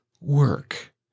work